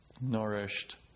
nourished